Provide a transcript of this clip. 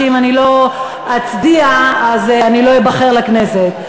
שאם אני לא אצדיע אז אני לא אבחר לכנסת.